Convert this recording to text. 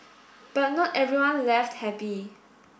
but not everyone left happy